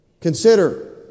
Consider